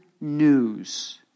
news